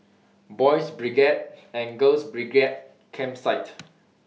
Boys' Brigade and Girls' Brigade Campsite